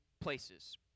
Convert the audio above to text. Places